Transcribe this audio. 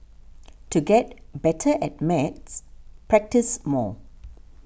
to get better at maths practise more